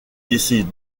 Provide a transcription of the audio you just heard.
décide